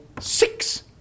six